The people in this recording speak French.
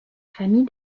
famille